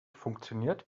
funktioniert